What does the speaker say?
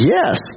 Yes